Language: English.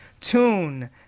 tune